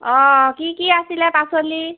অঁ কি কি আছিলে পাচলি